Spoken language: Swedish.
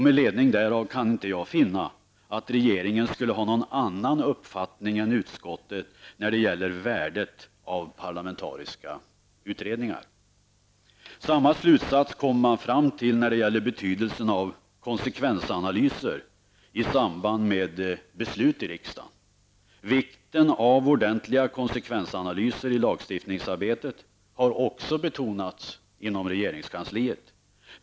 Med ledning därav kan jag inte finna att regeringen skulle ha någon annan uppfattning än utskottet när det gäller värdet av parlamentariska utredningar. Samma slutsats kommer man fram till när det gäller betydelsen av konsekvensanalyser i samband med beslut i riksdagen. Vikten av ordentliga konsekvensanalyser i lagstiftningsarbetet har också betonats inom regeringskansliet.